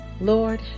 Lord